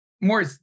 more